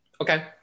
Okay